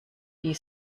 die